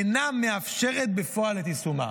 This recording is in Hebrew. אינה מאפשרת בפועל את יישומה.